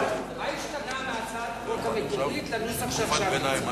מה השתנה מהצעת החוק המקורית לנוסח שעכשיו נמצא?